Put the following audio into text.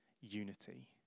unity